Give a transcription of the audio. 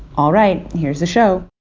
all right. here's the show